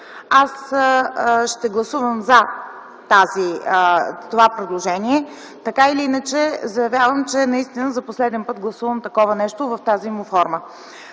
аз ще гласувам за това предложение. Така или иначе, заявявам, че наистина за последен път гласувам такова нещо в тази му форма.